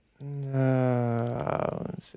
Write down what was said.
No